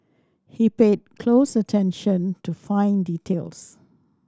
he paid close attention to fine details